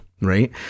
right